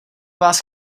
vás